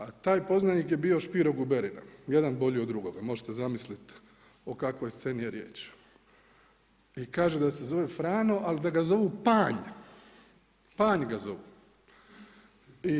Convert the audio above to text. A taj poznanik je bio Špiro Guberina, jedan bolji od drugoga, možete zamisliti o kakvoj sceni je riječi i kaže da se zove Frano ali da ga zovu Panj, Panj ga zovu.